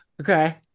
Okay